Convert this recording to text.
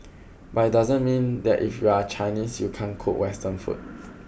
but it doesn't mean that if you are Chinese you can't cook western food